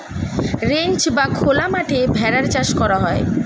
ranch বা খোলা মাঠে ভেড়ার চাষ করা হয়